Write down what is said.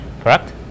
correct